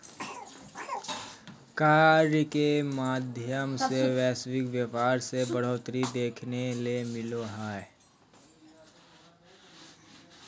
आयात के माध्यम से वैश्विक व्यापार मे बढ़ोतरी देखे ले मिलो हय